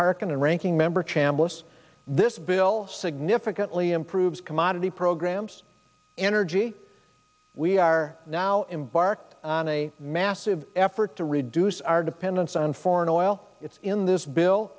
and ranking member chambliss this bill significantly improves commodity programs energy we are now embarked on a massive effort to reduce our dependence on foreign oil it's in this bill